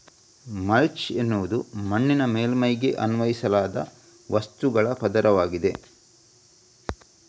mulch ಎನ್ನುವುದು ಮಣ್ಣಿನ ಮೇಲ್ಮೈಗೆ ಅನ್ವಯಿಸಲಾದ ವಸ್ತುಗಳ ಪದರವಾಗಿದೆ